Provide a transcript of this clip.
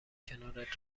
کنارت